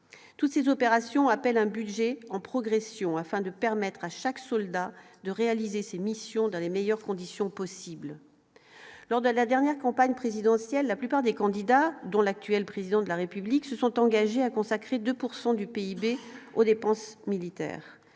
toutes ces opérations appelle un budget en progression, afin de permettre à chaque soldat de réaliser ces missions dans les meilleures conditions possibles lors de la dernière campagne présidentielle, la plupart des candidats, dont l'actuel président de la République se sont engagés à consacrer 2 pourcent du PIB aux dépenses militaires,